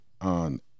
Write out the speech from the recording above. on